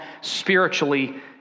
spiritually